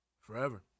forever